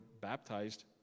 baptized